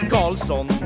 Carlson